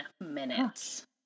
minutes